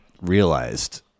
realized